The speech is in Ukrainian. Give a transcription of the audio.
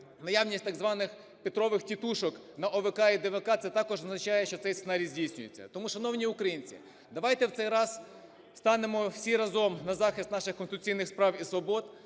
наявність так званих "Петровихтітушок" на ОВК і ДВК, це також означає, що цей сценарій здійснюється. Тому, шановні українці, давайте в цей раз станемо всі разом на захист наших конституційних прав і свобод,